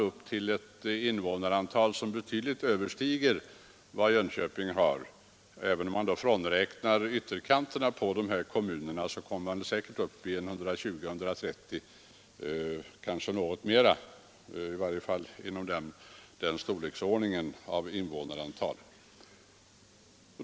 Det invånarantal man kommer upp till överstiger betydligt Jönköpings kommun — även om man frånräknar ytterområdena i de uppräknade Skaraborgskommunerna kommer man säkerligen upp till 120 000 å 130 000 invånare, kanske något mer.